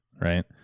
right